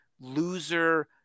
loser